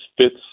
fits